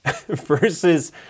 versus